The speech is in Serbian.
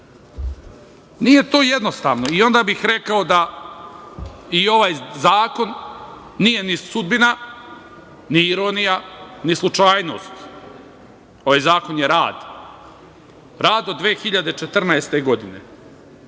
to jednostavno, i onda bih rekao da i ovaj zakon nije ni sudbina, ni ironija, ni slučajnost, ovaj zakon je rad, rad od 2014. godine.